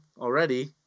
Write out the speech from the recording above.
already